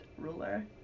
ruler